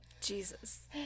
Jesus